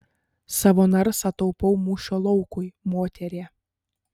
savo narsą taupau mūšio laukui moterie